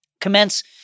Commence